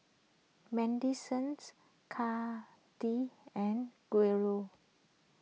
Madysons and Gaylord